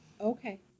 Okay